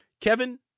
Kevin